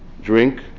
drink